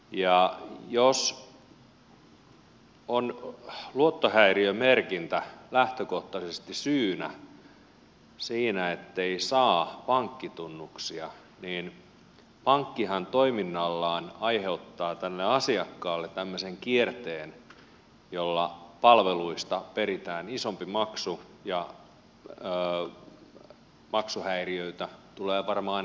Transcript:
ja jos on luottohäiriömerkintä lähtökohtaisesti syynä siihen ettei saa pankkitunnuksia niin pankkihan toiminnallaan aiheuttaa asiakkaalle tämmöisen kierteen jolla palveluista peritään isompi maksu ja maksuhäiriöitä tulee varmaan entisestäänkin